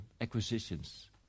acquisitions